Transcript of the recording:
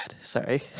sorry